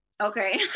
Okay